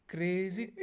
Crazy